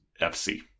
FC